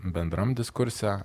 bendram diskurse